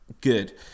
good